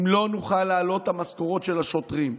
אם לא נוכל להעלות את המשכורות של השוטרים,